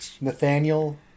nathaniel